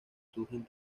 surgen